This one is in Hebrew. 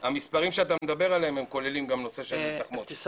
אז המספרים שאתה מדבר עליהם כוללים גם נושא של תחמושת.